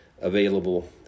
available